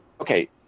Okay